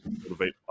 motivate